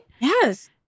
yes